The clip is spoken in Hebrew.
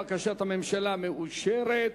בקשת הממשלה מאושרת.